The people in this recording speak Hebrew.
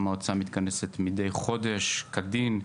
המועצה מתכנסת מדי חודש, כדין.